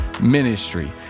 Ministry